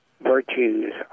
virtues